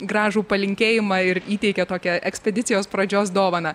gražų palinkėjimą ir įteikė tokią ekspedicijos pradžios dovaną